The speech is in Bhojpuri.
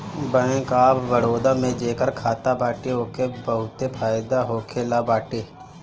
बैंक ऑफ़ बड़ोदा में जेकर खाता बाटे ओके बहुते फायदा होखेवाला बाटे